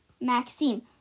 Maxime